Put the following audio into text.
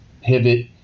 pivot